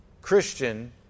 Christian